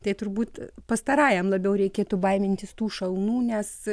tai turbūt pastarajam labiau reikėtų baimintis tų šalnų nes